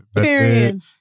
Period